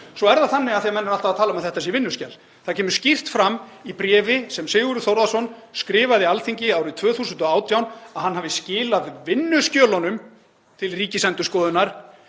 Svo er það þannig, þegar menn eru alltaf að tala um að þetta sé vinnuskjal, að það kemur skýrt fram í bréfi sem Sigurður Þórðarson skrifaði Alþingi árið 2018 að hann hafi skilað vinnuskjölunum til Ríkisendurskoðunar.